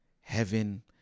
heaven